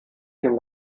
dem